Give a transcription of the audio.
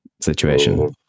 situation